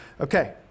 Okay